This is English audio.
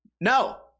no